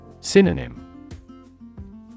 Synonym